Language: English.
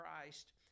Christ